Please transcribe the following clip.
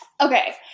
Okay